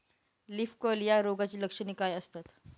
Leaf curl या रोगाची लक्षणे काय असतात?